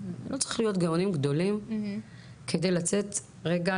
לא צריך להיות גאונים גדולים כדי לצאת רגע,